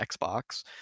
xbox